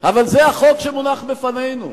אבל זה החוק שמונח בפנינו,